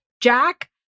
Jack